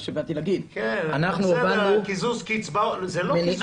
זה מה שבאתי להגיד -- זה לא קיזוז קצבאות,